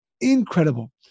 incredible